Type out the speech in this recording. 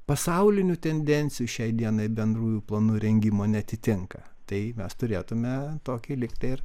pasaulinių tendencijų šiai dienai bendrųjų planų rengimo neatitinka tai mes turėtume tokį lyg tai ir